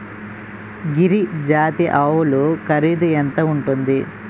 గిరి జాతి ఆవులు ఖరీదు ఎంత ఉంటుంది?